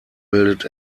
bildet